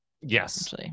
Yes